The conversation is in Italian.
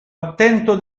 attento